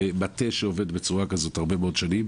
מטה שעובד בצורה כזאת הרבה מאוד שנים